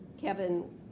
Kevin